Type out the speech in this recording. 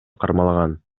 кармалган